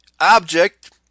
object